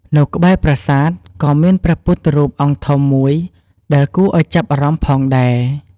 នៅក្បែរប្រាសាទ ក៏មានព្រះពុទ្ធរូបអង្គធំមួយដែលគួរឱ្យចាប់អារម្មណ៍ផងដែរ។